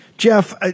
Jeff